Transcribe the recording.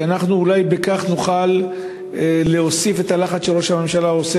ואולי בכך אנחנו נוכל להוסיף את הלחץ שראש הממשלה מפעיל,